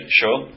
sure